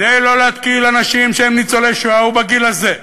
כדי לא להזכיר לאנשים שהם ניצולי שואה, ובגיל הזה,